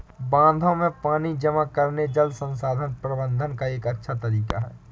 बांधों में पानी जमा करना जल संसाधन प्रबंधन का एक अच्छा तरीका है